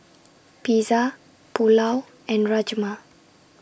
Pizza Pulao and Rajma